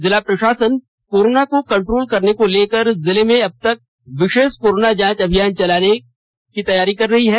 जिला प्रशसन कोरोना को कंट्रोल करने को लेकर जिले में अब विशेष कोरोना जांच अभियान चलाने जा रही है